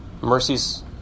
mercies